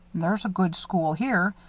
there's a good school here.